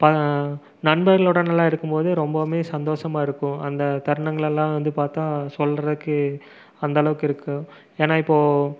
நண்பர்களுடன் எல்லாம் இருக்கும் போது ரொம்பவுமே சந்தோஷமா இருக்கும் அந்த தருணங்கள் எல்லாம் வந்து பார்த்தா சொல்கிறதுக்கு அந்தளவுக்கு இருக்கும் ஏன்னால் இப்போது